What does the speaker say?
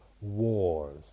wars